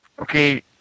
Okay